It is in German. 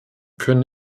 können